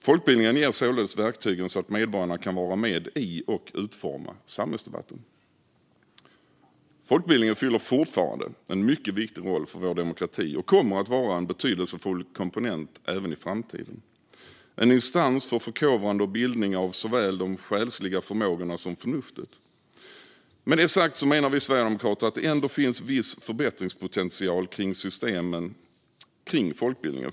Folkbildningen ger således verktygen så att medborgarna kan vara med i och utforma samhällsdebatten. Folkbildningen fyller fortfarande en mycket viktig roll för vår demokrati och kommer att vara en betydelsefull komponent även i framtiden. Det är fråga om en instans för förkovrande och bildning av såväl de själsliga förmågorna som förnuftet. Med det sagt menar vi sverigedemokrater att det ändå finns viss förbättringspotential kring systemen för folkbildningen.